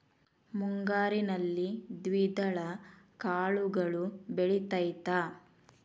ಮುಂಗಾರಿನಲ್ಲಿ ದ್ವಿದಳ ಕಾಳುಗಳು ಬೆಳೆತೈತಾ?